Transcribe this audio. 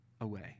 away